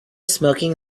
smoking